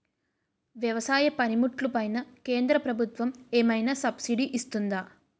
వ్యవసాయ పనిముట్లు పైన కేంద్రప్రభుత్వం ఏమైనా సబ్సిడీ ఇస్తుందా?